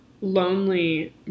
lonely